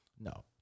No